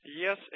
Yes